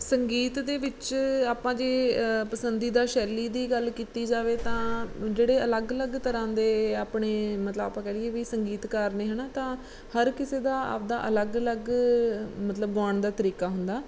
ਸੰਗੀਤ ਦੇ ਵਿੱਚ ਆਪਾਂ ਜੇ ਪਸੰਦੀਦਾ ਸ਼ੈਲੀ ਦੀ ਗੱਲ ਕੀਤੀ ਜਾਵੇ ਤਾਂ ਜਿਹੜੇ ਅਲੱਗ ਅਲੱਗ ਤਰ੍ਹਾਂ ਦੇ ਆਪਣੇ ਮਤਲਬ ਆਪਾਂ ਕਹਿ ਲਈਏ ਵੀ ਸੰਗੀਤਕਾਰ ਨੇ ਹੈ ਨਾ ਤਾਂ ਹਰ ਕਿਸੇ ਦਾ ਆਪਦਾ ਅਲੱਗ ਅਲੱਗ ਮਤਲਬ ਗਾਉਣ ਦਾ ਤਰੀਕਾ ਹੁੰਦਾ